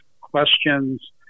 questions